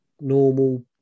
normal